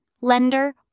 lender